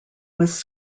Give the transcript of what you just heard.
was